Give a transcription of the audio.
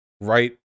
right